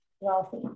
wealthy